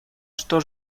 что